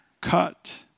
cut